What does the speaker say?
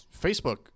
Facebook